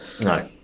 No